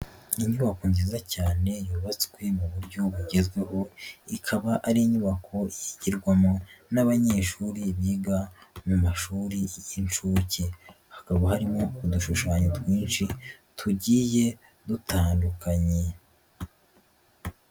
Inyubako nziza cyane yubatswe mu buryo bugezweho, ikaba ari inyubako yigirwamo n'abanyeshuri biga mu mashuri y'inshuke. Hakaba harimo udushushanyo twinshi tugiye dutandukanye.